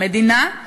המדינה,